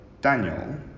Daniel